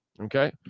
Okay